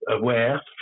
aware